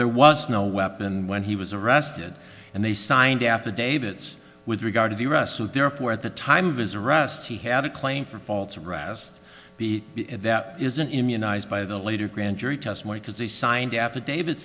there was no weapon when he was arrested and they signed affidavits with regard to the arrest so therefore at the time of his arrest he had a claim for false arrest be that isn't immunized by the later grand jury testimony because they signed affidavit